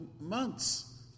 months